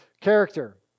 Character